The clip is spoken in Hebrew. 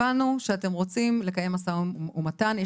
הבנו שאתם רוצים לקיים משא ומתן.